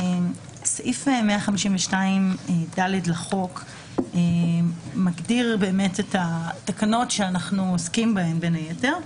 סעיף 152ד לחוק מגדיר את התקנות שאנחנו עוסקים בהן בין היתר,